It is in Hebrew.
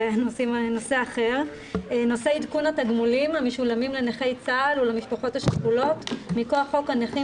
בנושא עדכון התגמולים המשולמים לנכי צה"ל ולמשפחות השכולות מכוח חוק הנכים